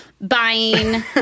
buying